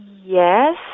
Yes